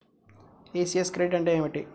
ECS credit అంటే ఏమిటి?